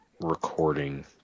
recording